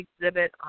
exhibit